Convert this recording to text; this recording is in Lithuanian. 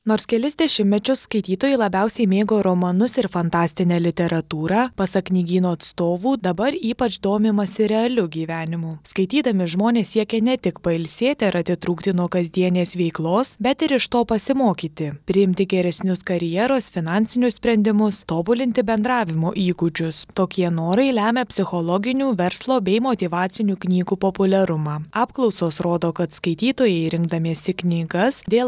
nors kelis dešimtmečius skaitytojai labiausiai mėgo romanus ir fantastinę literatūrą pasak knygyno atstovų dabar ypač domimasi realiu gyvenimu skaitydami žmonės siekia ne tik pailsėti ar atitrūkti nuo kasdienės veiklos bet ir iš to pasimokyti priimti geresnius karjeros finansinius sprendimus tobulinti bendravimo įgūdžius tokie norai lemia psichologinių verslo bei motyvacinių knygų populiarumą apklausos rodo kad skaitytojai rinkdamiesi knygas dėl